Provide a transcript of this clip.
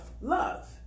love